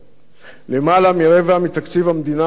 למעלה מרבע מתקציב המדינה מופנה היום